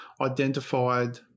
identified